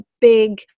big